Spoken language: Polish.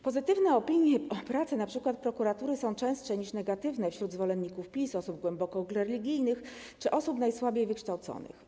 Pozytywne opinie o pracy np. prokuratury są częstsze niż negatywne wśród zwolenników PiS, osób głęboko religijnych czy osób najsłabiej wykształconych.